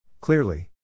Clearly